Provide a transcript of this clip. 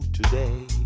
today